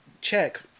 check